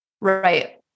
right